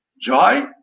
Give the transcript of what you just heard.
joy